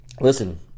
Listen